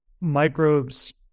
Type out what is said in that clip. microbes